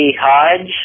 hodge